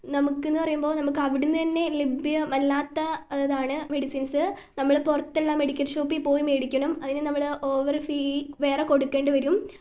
നമുക്കെന്നു പറയുമ്പോൾ നമുക്ക് അവിടെ നിന്ന് തന്നെ ലഭ്യമല്ലാത്തതാണ് മെഡിസിൻസ് നമ്മൾ പുറത്തുള്ള മെഡിക്കൽ ഷോപ്പിൽ പോയി മേടിക്കണം അതിനു നമ്മൾ ഓവർ ഫീ വേറെ കൊടുക്കേണ്ടി വരും